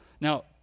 Now